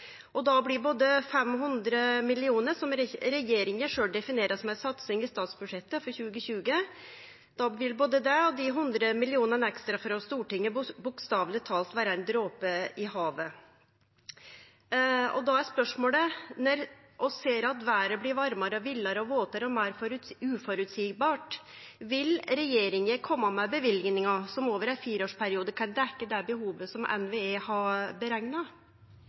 blir både 500 mill. kr, som regjeringa sjølv definerer som ei satsing i statsbudsjettet for 2020, og dei 100 mill. kr ekstra frå Stortinget bokstaveleg talt ein drope i havet. Då er spørsmålet: Når vi ser at vêret blir varmare, villare, våtare og mindre føreseieleg, vil regjeringa kome med løyvingar som over ein fireårsperiode kan dekkje dei behova som NVE har berekna?